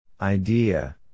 Idea